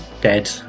dead